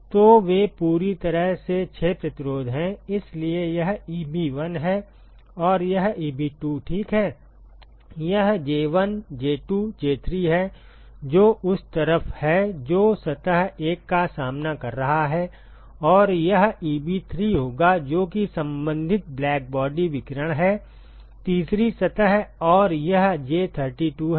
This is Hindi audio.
तो वे पूरी तरह से 6 प्रतिरोध हैं इसलिए यह Eb1 है और यह Eb2 ठीक है यह J1 J2 J3 है जो उस तरफ है जो सतह 1 का सामना कर रहा है और यह Eb3 होगा जो कि संबंधित ब्लैकबॉडी विकिरण है तीसरी सतह और यह J32 है और यह J2 है